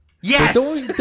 Yes